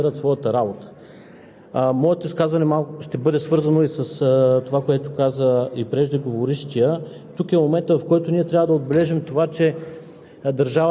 Това е от изключителна важност, защото виждаме и още нещо в Доклада, а именно, че младите хора с по-висока степен на образование много по-лесно намират своята работа.